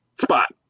spot